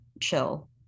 chill